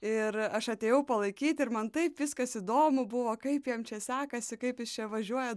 ir aš atėjau palaikyti ir man taip viskas įdomu buvo kaip jam čia sekasi kaip jis čia važiuoja